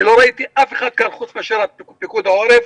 אני לא ראיתי אף אחד כאן וחוץ מאשר פיקוד העורף